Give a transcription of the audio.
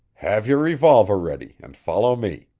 have your revolver ready, and follow me.